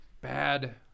bad